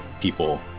people